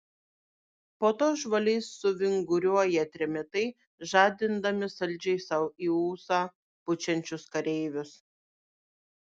po to žvaliai suvinguriuoja trimitai žadindami saldžiai sau į ūsą pučiančius kareivius